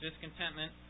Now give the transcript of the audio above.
discontentment